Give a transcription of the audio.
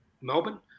Melbourne